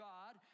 God